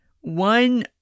one